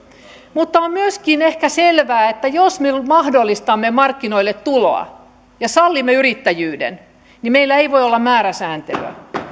mutta on myöskin ehkä selvää että jos me mahdollistamme markkinoille tulon ja sallimme yrittäjyyden niin meillä ei voi olla määräsääntelyä